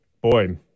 boy